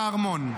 מהארמון.